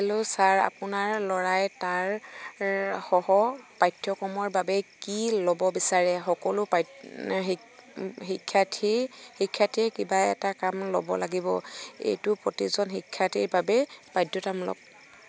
hello sir আপোনাৰ ল'ৰাই তাৰ সহ পাঠ্যক্ৰমৰ বাবে কি ল'ব বিচাৰে সকলো শিক্ষাৰ্থীয়ে কিবা এটা কাম ল'ব লাগিব এইটো প্ৰতিজন শিক্ষাৰ্থীৰ বাবে বাধ্যতামূলক